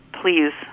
please